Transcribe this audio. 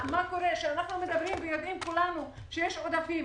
כולנו יודעים שיש עודפים,